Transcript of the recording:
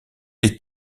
des